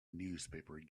newspaper